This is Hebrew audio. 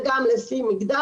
בדקנו את זה גם לפי מגדר.